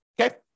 Okay